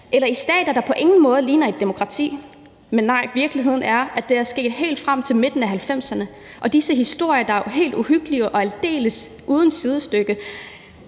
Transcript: eller i stater, der på ingen måde ligner demokratier. Men nej, virkeligheden er, at det er sket helt frem til midten af 1990'erne. Og hvad angår disse historier, der er meget uhyggelige og aldeles uden sidestykke,